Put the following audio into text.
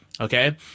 Okay